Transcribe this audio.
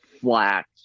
flat